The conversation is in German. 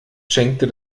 schenkte